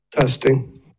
Testing